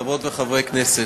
חברות וחברי כנסת,